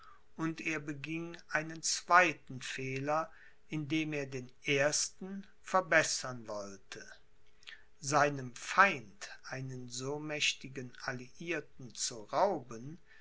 und er beging einen zweiten fehler indem er den ersten verbessern wollte seinem feind einen so mächtigen alliierten zu rauben